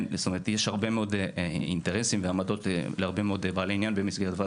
במסגרת ועדת הסל יש הרבה מאוד עמדות ואינטרסים להרבה מאוד בעלי עניין,